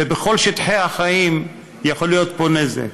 בכל שטחי החיים יכול להיות פה נזק.